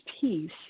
peace